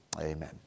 amen